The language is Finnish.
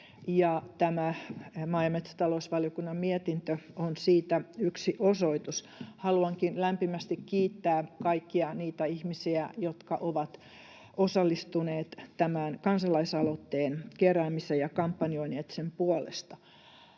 tämä maa‑ ja metsätalousvaliokunnan mietintö on siitä yksi osoitus. Haluankin lämpimästi kiittää kaikkia niitä ihmisiä, jotka ovat osallistuneet tämän kansalaisaloitteen keräämiseen ja kampanjoineet sen puolesta.